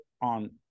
on